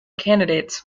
candidates